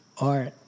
art